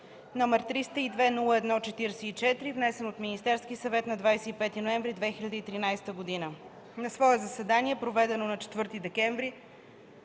№ 302-01-44, внесен от Министерския съвет на 25 ноември 2013 г. На свое заседание, проведено на 4 декември